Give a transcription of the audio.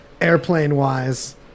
airplane-wise